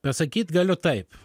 pasakyt galiu taip